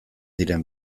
diren